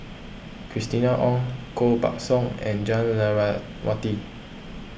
Christina Ong Koh Buck Song and Jah Lelawati